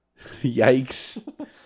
Yikes